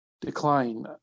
decline